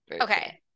Okay